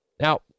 Now